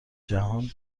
جهان